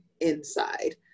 inside